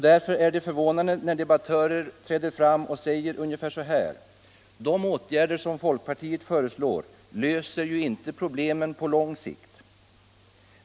Därför är det förvånande när debattörer träder fram och säger ungefär så här: De åtgärder som folkpartiet föreslår löser inte problemen på lång sikt.